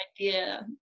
idea